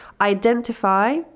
identify